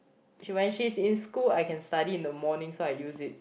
when she's in school I can study in the morning so I use it